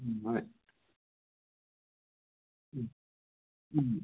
അതെ